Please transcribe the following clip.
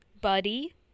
Buddy